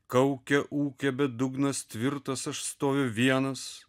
kaukia ūkia bet dugnas tvirtas aš stoviu vienas